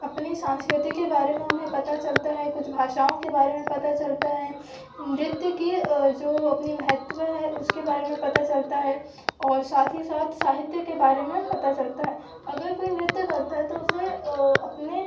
अपनी संस्कृति के बारे में उन्हें पता चलता है कुछ भाषाओं के बारे में पता चलता है नृत्य की जो अपनी महत्व है उसके बारे में पता चलता है और साथ ही साथ साहित्य के बारे में पता चलता है अगर कोई नृत्य करता है तो उसे अपने